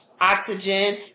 oxygen